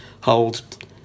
hold